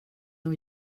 och